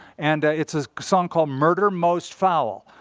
and it's a song called murder most foul.